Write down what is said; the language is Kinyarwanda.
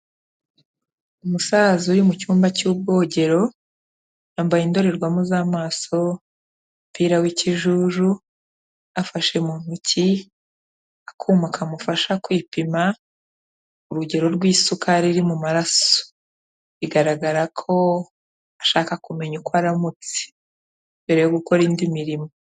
Umusaza uri mu cyumba cy'ubwogero, yambaye indorerwamo z'amaso, umupira w'ikijuru, afashe mu ntoki akuma kamufasha kwipima urugero rw'isukari iri mu maraso. Bigaragara ko ashaka kumenya uko aramutse, mbere yo gukora indi mirimo.